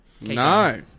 No